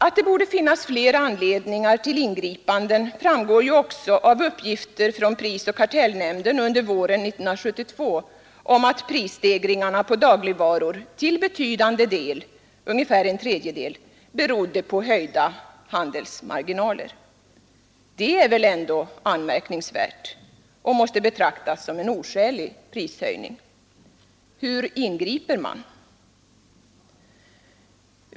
Att det borde finnas fler anledningar till ingripanden framgår ju också av uppgifter från prisoch kartellnämnden under våren 1972 om att prisstegringarna på dagligvaror till betydande del — ungefär en tredjedel — berodde på höjda handelsmarginaler. Det är väl ändå anmärkningsvärt och måste betraktas som en oskälig prishöjning. Hur ingriper man?